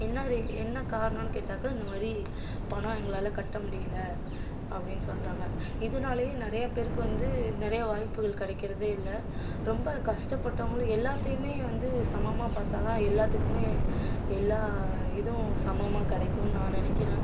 என்ன ரீ என்ன காரணனு கேட்டாக்கா இந்தமாதிரி பணம் எங்களால் கட்ட முடியல அப்படினு சொல்லுறாங்க இதனாலயே நிறையா பேருக்கு வந்து நிறையா வாய்ப்புகள் கிடைக்கிறதே இல்லை ரொம்ப கஷ்டப்பட்டவங்களும் எல்லாத்தையுமே வந்து சமமாக பார்த்தாதான் எல்லாத்துக்குமே எல்லா இதுவும் சமமாக கிடைக்குன்னு நான் நினைக்கிறேன்